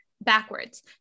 backwards